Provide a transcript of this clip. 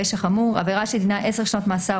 "פשע חמור" עבירה שדינה עשר שנות מאסר